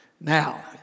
Now